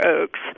oaks